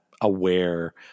aware